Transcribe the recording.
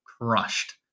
Crushed